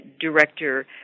director